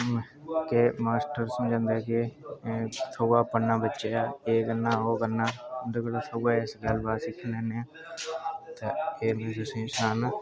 master समझांदे न कि'यां पढ़ना कि'यां एह् करना ओह् करना एह् में तु'सेंगी सनान्नां